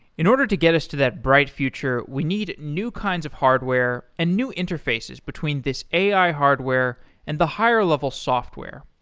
in order to get us to that bright future, we need new kinds of hardware and new interfaces between this ai hardware and the higher level software.